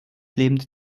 lebende